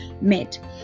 met